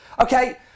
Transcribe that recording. Okay